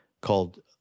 called